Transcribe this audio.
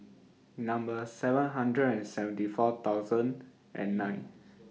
Number seven hundred and seventy four thousand and nine